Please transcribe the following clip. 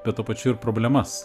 bet tuo pačiu ir problemas